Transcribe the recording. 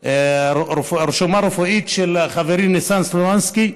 רשומה רפואית של חברי ניסן סלומינסקי,